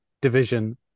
division